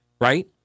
right